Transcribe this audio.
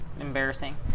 embarrassing